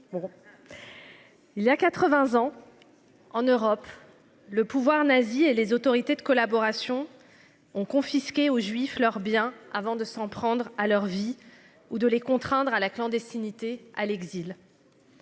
Il y a 80 ans. En Europe. Le pouvoir nazi et les autorités de collaboration ont confisqués aux juifs leur bien avant de s'en prendre à leur vie ou de les contraindre à la clandestinité à l'exil.